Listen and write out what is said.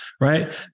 right